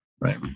right